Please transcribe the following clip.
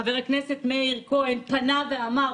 חבר הכנסת מאיר כהן פנה ואמר,